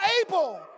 able